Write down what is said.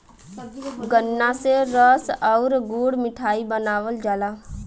गन्रा से रस आउर गुड़ मिठाई बनावल जाला